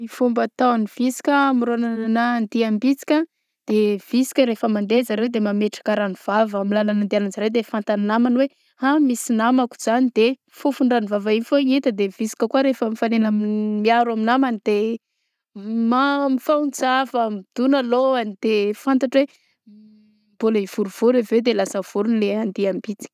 Fomba ataogn'ny vitsika amorôgnana andiambisika, de visika rehefa mandeha zareo de mametraka rano vava amy lalagana andehagnanjareo de fantan'ny namany hoe ha misy namako zany de fofon-drano vava igny foagna ita de visika koa rehefa mifanena miaro amin'ny namany de mam- mifanotsafa midona lôhany de fantatra hoe mbôla hivorivory reveo de lasa vory le andiam-bitsiky.